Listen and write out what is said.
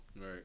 right